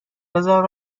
بزار